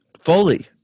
Fully